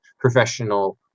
professional